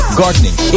gardening